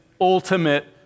ultimate